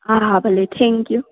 हा हा भले थैंक यू